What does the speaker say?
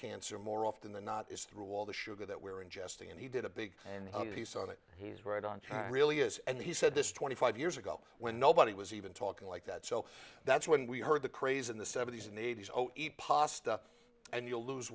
cancer more often than not is through all the sugar that we're ingesting and he did a big and he saw that he's right on track really is and he said this twenty five years ago when nobody was even talking like that so that's when we heard the craze in the seventy's in the eighty's o e pasta and you'll lose